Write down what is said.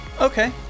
Okay